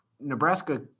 Nebraska